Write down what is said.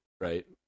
right